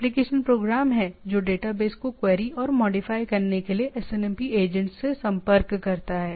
application program है जो database को क्वेरी और मॉडिफाई करने के लिए एसएनएमपी एजेंट्स से संपर्क करता है